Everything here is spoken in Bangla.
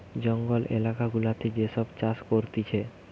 জঙ্গল এলাকা গুলাতে যে সব চাষ করতিছে